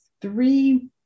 three